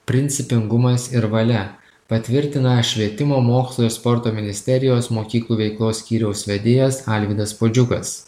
principingumas ir valia patvirtina švietimo mokslo ir sporto ministerijos mokyklų veiklos skyriaus vedėjas alvydas puodžiukas